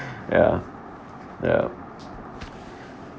ya yup